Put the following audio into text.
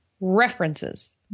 references